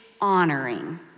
honoring